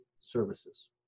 services